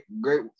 great